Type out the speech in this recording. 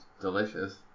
delicious